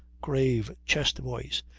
grave chest voice,